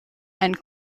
and